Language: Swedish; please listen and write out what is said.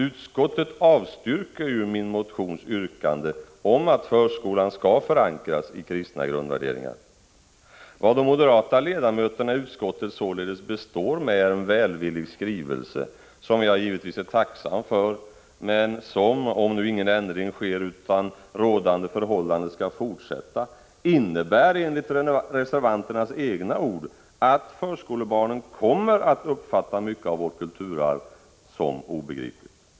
Utskottet avstyrker ju min motions yrkande om att förskolan skall förankras i kristna grundvärderingar. Vad de moderata ledamöterna i utskottet således består med är en välvillig skrivelse, som jag givetvis är tacksam för, men som, om nu ingen ändring sker utan rådande förhållande skall fortsätta, enligt reservanternas egna ord innebär att förskolebarnen kommer att uppfatta mycket av vårt kulturarv som obegripligt.